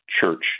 church